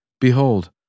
Behold